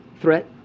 threat